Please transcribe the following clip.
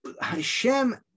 Hashem